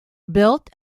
built